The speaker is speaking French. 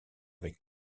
avec